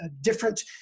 different